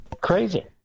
Crazy